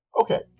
Okay